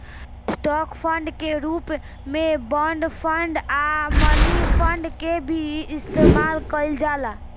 stock fund के रूप में बॉन्ड फंड आ मनी फंड के भी इस्तमाल कईल जाला